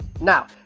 Now